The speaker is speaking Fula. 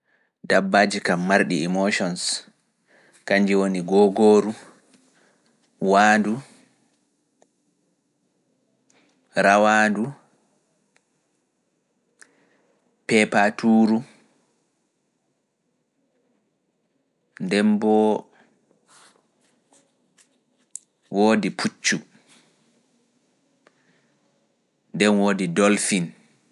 Nyiiwa, Googoru, Waandu